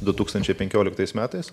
du tūkstančiai penkioliktais metais